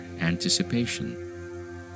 anticipation